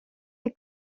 est